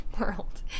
world